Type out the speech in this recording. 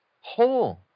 Whole